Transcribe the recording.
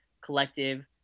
collective